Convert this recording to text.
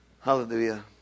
Hallelujah